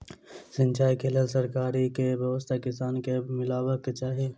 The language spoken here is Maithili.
सिंचाई केँ लेल सरकारी की व्यवस्था किसान केँ मीलबाक चाहि?